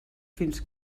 fins